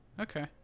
Okay